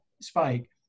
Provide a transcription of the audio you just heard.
spike